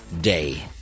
Day